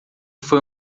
foi